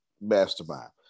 mastermind